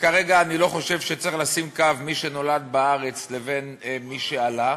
וכרגע אני לא חושב שצריך לשים קו בין מי שנולד בארץ לבין מי שעלה,